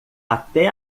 até